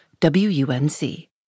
WUNC